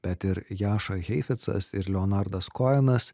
bet ir jaša heifecas ir leonardas koenas